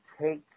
take